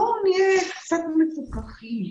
בואו נהיה קצת מפוקחים.